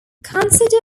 consider